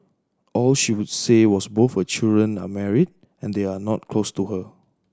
all she would say was both her children are married and they are not close to her